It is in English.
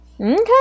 Okay